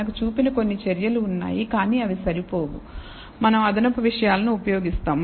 మనకు చూసిన కొన్ని చర్యలు ఉన్నాయి కానీ అవి సరిపోవు మనం అదనపు విషయాలను ఉపయోగిస్తాము